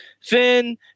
Finn